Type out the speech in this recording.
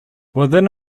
within